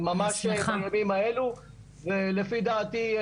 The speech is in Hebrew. ממש בימים האלו ולפי דעתי,